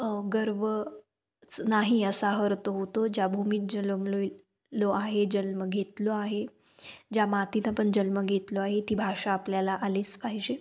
गर्वच नाही असा अर्थ होतो ज्या भूमीत जन्मलो आहे जन्म घेतलो आहे ज्या मातीत आपण जन्म घेतला आहे ती भाषा आपल्याला आलेच पाहिजे